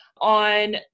on